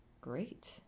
great